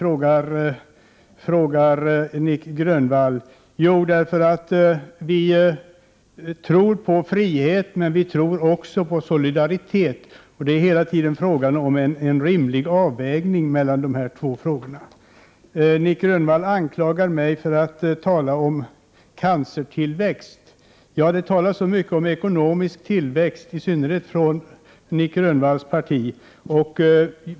frågar Nic Grönvall. Svaret är att vi tror på friheten. Men vi tror också på solidariteten. Det är hela tiden fråga om en rimlig avvägning mellan dessa båda saker. Nic Grönvall anklagar mig för att tala om cancertillväxt. Ja, det talas ju så mycket om ekonomisk tillväxt — i synnerhet från Nic Grönvalls partis sida.